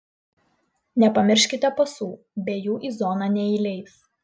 nepamirškite pasų be jų į zoną neįleis